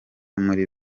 muri